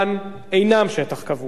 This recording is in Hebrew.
הנגב אינו כבוש,